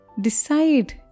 decide